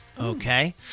Okay